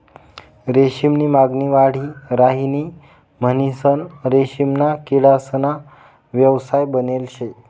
रेशीम नी मागणी वाढी राहिनी म्हणीसन रेशीमना किडासना व्यवसाय बनेल शे